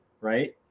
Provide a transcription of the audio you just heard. right